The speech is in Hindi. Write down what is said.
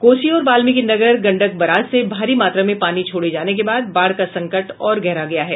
कोसी और वाल्मिकी नगर गंडक बराज से भारी मात्रा में पानी छोड़े जाने के बाद बाढ़ का संकट और गहरा गया है